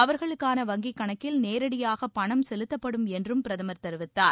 அவர்களுக்கான வங்கிக் கணக்கில் நேரடியாக பணம் செலுத்தப்படும் என்றும் பிரதமர் தெரிவித்தார்